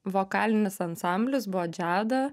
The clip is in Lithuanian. vokalinis ansamblis buvo džiada